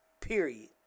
Period